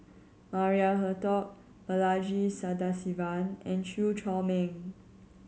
Maria Hertogh Balaji Sadasivan and Chew Chor Meng